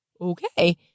okay